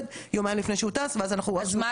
אז אני מציעה שא'